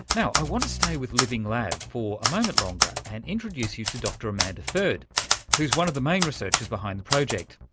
you know i want to stay with living lab for a moment longer and introduce you to dr amanda third who is one of the main researchers behind the project.